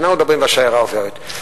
שאנחנו מדברים והשיירה עוברת.